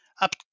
up